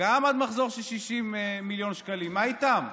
וגם מחזור של עד 60 מיליון שקלים, מה איתם?